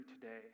today